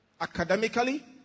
academically